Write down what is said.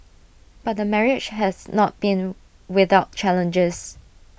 but marriage has not been without challenges